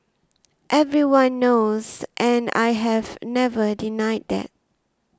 everyone knows and I have never denied that